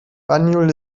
banjul